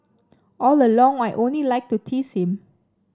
all along I only like to tease him